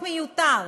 חוק מיותר,